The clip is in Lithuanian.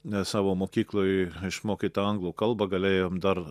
nes savo mokykloj išmokyta anglų kalbą galėjom dar